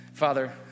Father